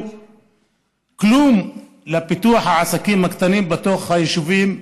כלום לפיתוח העסקים הקטנים בתוך היישובים,